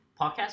podcast